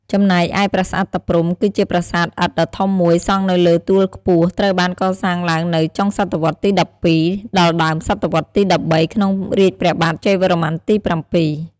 ចំណែកឯ ប្រាសាទតាព្រហ្ម គឺជាប្រាសាទឥដ្ឋដ៏ធំមួយសង់នៅលើទួលខ្ពស់ ត្រូវបានកសាងឡើងនៅ ចុងសតវត្សរ៍ទី ១២ ដល់ដើមសតវត្សរ៍ទី ១៣ ក្នុងរាជ្យព្រះបាទជ័យវរ្ម័នទី ៧។